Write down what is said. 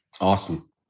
Awesome